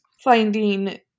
finding